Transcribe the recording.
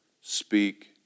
speak